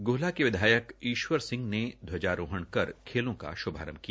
ग्हला के विधायक ईश्वर सिंह ने ध्वारोहन कर खेलों का शुभारंभ किया